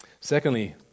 Secondly